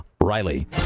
Riley